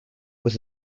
was